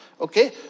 okay